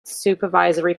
supervisory